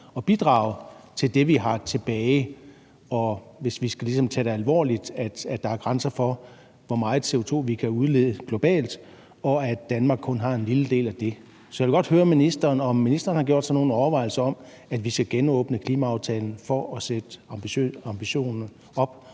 at bidrage til det, vi har tilbage, og at der, hvis vi ligesom skal tage det alvorligt, er grænser for, hvor meget CO2 vi kan udlede globalt, og at Danmark kun har en lille del af det. Så vil jeg godt høre, om ministeren har gjort sig nogle overvejelser om, at vi skal genåbne klimaaftalen for at sætte ambitionerne op